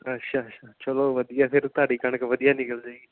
ਅੱਛਾ ਅੱਛਾ ਚਲੋ ਵਧੀਆ ਫਿਰ ਤੁਹਾਡੀ ਕਣਕ ਵਧੀਆ ਨਿਕਲ ਜਾਏਗੀ